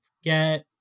forget